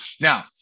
now